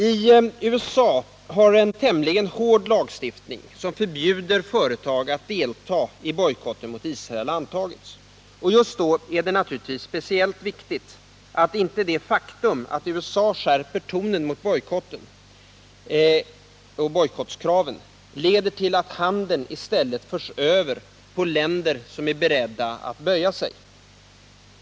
I USA har en tämligen hård lagstiftning som förbjuder företag att delta i bojkotten mot Israel antagits. Då är det speciellt viktigt att inte det faktum att USA skärper tonen mot bojkottkraven leder till att handeln i stället förs över på länder som är beredda att böja sig.